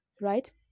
right